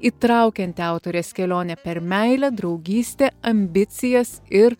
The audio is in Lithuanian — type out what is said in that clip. įtraukianti autorės kelionė per meilę draugystę ambicijas ir